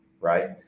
right